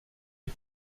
est